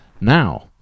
Now